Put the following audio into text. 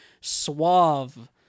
suave